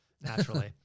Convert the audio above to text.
naturally